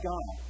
God